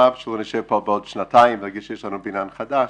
שלא נשב פה בעוד שנתיים ונגיד שיש לנו בניין חדש